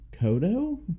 Kodo